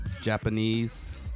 japanese